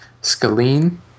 Scalene